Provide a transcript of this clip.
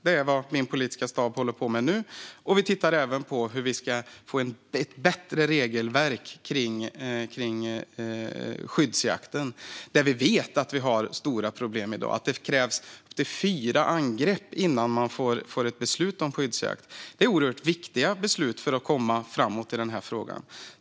Det är vad min politiska stab håller på med nu, och vi tittar även på hur vi ska få ett bättre regelverk kring skyddsjakten, där vi vet att vi har stora problem i dag. Det krävs upp till fyra angrepp innan man får ett beslut om skyddsjakt. Detta är oerhört viktiga beslut för att komma framåt i denna fråga.